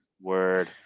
Word